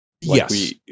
yes